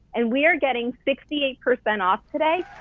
and we are getting sixty eight percent off today,